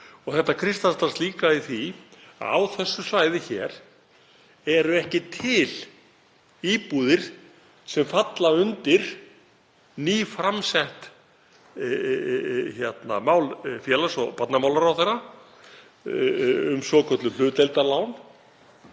Þetta kristallast líka í því að á þessu svæði hér eru ekki til íbúðir sem falla undir nýframsett mál félags- og barnamálaráðherra um svokölluð hlutdeildarlán.